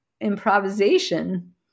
improvisation